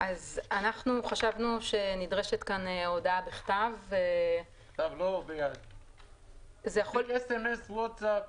חשבנו שנדרשת כאן הודעה בכתב --- זה יכול להיות סמ"ס ווטסאפ,